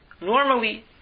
normally